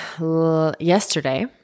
yesterday